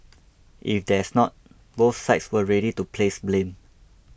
if there's not both sides were ready to place blame